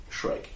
Shrek